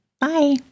Bye